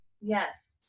Yes